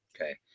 okay